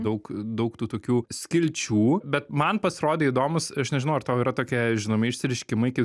daug daug tų tokių skilčių bet man pasirodė įdomus aš nežinau ar tau yra tokie žinomi išsireiškimai kaip